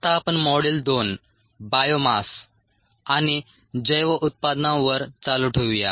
आता आपण module 2 biomass पेशी आणि जैव उत्पादनांवर चालू ठेवूया